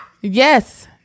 Yes